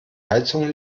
heizung